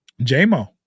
J-Mo